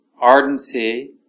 ardency